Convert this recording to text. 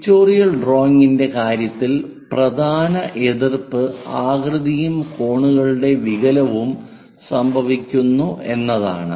pictorial ഡ്രായിങ്ങിന്റെ കാര്യത്തിൽ പ്രധാന എതിർപ്പ് ആകൃതിയും കോണുകളുടെ വികലവും സംഭവിക്കുന്നു എന്നതാണ്